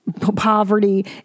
Poverty